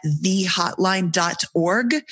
thehotline.org